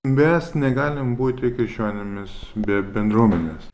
mes negalim būti krikščionimis be bendruomenės